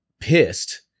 pissed